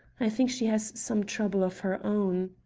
i think she has some trouble of her own.